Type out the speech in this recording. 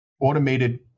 automated